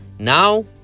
Now